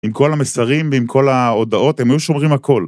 עם כל המסרים ועם כל ההודעות, הם היו שומרים הכל.